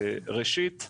ראשית,